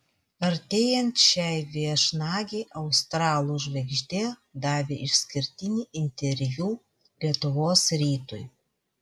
artėjant šiai viešnagei australų žvaigždė davė išskirtinį interviu lietuvos rytui